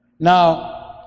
Now